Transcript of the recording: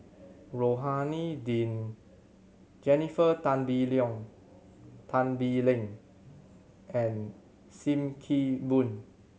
Rohani Din Jennifer Tan Bee Tan Bee Leng and Sim Kee Boon